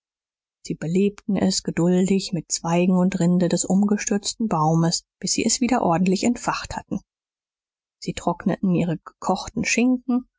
sie belebten es geduldig mit zweigen und rinde des umgestürzten baumes bis sie es wieder ordentlich entfacht hatten sie trockneten ihren gekochten schinken